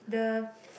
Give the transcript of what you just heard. the